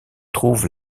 trouve